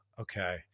okay